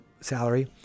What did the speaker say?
salary